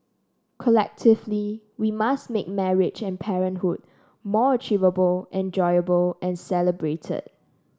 collectively we must make marriage and parenthood more achievable enjoyable and celebrated